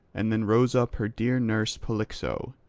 and then rose up her dear nurse polyxo,